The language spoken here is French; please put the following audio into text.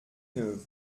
neuve